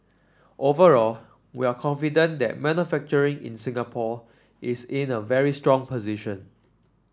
overall we are confident that manufacturing in Singapore is in a very strong position